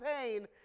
pain